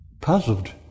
puzzled